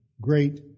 great